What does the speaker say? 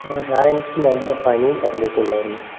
ആ സാറേ എനിക്ക് നല്ല പനി ഛർദ്ദി ഓക്കെ ഉണ്ടായിരുന്നു